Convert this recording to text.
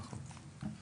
נכון.